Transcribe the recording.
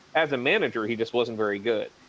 as a manager, he just wasn't very good.